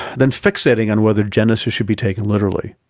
than fixating on whether genesis should be taken literally.